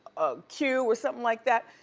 a que or somethin' like that,